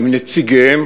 עם נציגיהם,